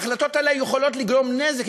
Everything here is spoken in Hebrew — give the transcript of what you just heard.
ההחלטות האלה יכולות לגרום נזק,